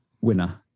winner